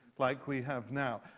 like we have now.